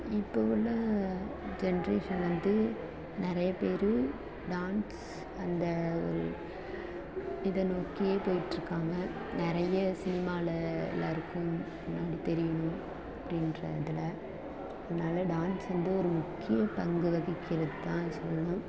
இப்போது உள்ள ஜென்ரேஷன் வந்து நிறைய பேர் டான்ஸ் அந்த இதை நோக்கியே போய்கிட்ருக்காங்க நிறைய சினிமாவில் எல்லாேருக்கும் நமக்கு தெரியணும் அப்படின்ற இதில் அதனால் டான்ஸ் வந்து ஒரு முக்கிய பங்கு வகிக்கிறதுன்னு தான் சொல்லணும்